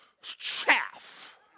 chaff